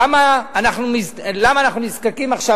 למה אנחנו נזקקים עכשיו,